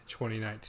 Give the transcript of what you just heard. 2019